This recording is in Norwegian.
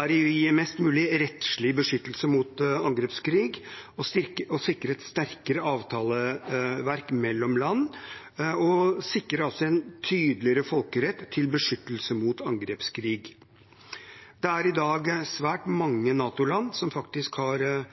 er å gi mest mulig rettslig beskyttelse mot angrepskrig og sikre et sterkere avtaleverk mellom land og en tydeligere folkerett til beskyttelse mot angrepskrig. Det er i dag svært mange NATO-land som har